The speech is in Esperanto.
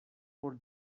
por